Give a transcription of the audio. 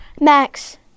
Max